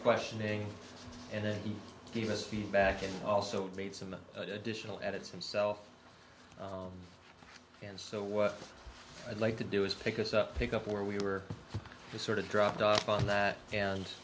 questioning and then he gave us feedback and also made some additional edits himself and so what i'd like to do is pick us up pick up where we were sort of dropped off on that